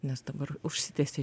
nes dabar užsitęsė